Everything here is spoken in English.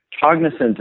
cognizant